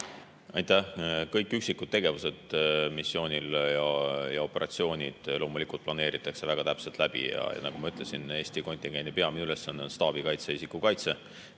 Aitäh! Kõik üksikud tegevused missioonil ja operatsioonid loomulikult planeeritakse väga täpselt läbi. Ja nagu ma ütlesin, Eesti kontingendi peamine ülesanne on staabikaitse, isikukaitse.